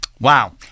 Wow